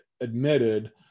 admitted